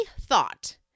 thought